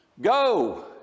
Go